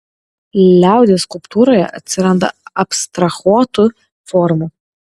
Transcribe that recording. liaudies skulptūroje atsiranda abstrahuotų formų